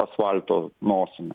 asfalto nosimi